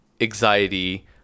anxiety